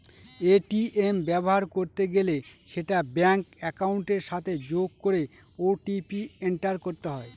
ATM ব্যবহার করতে গেলে সেটা ব্যাঙ্ক একাউন্টের সাথে যোগ করে ও.টি.পি এন্টার করতে হয়